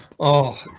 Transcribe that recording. oh,